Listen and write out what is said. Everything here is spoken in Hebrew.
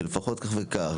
של לפחות כך וכך,